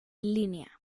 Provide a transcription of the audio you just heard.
línea